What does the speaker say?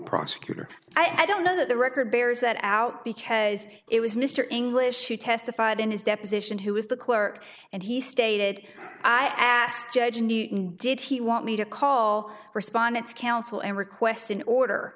prosecutor i don't know that the record bears that out because it was mr english who testified in his deposition who was the clerk and he stated i asked judge and did he want me to call respondents counsel and request an order